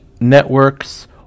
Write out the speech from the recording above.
networks